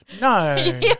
No